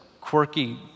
quirky